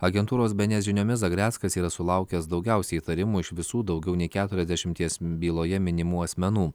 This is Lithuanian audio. agentūros bė en es žiniomis zagreckas yra sulaukęs daugiausiai įtarimų iš visų daugiau nei keturiasdešimties byloje minimų asmenų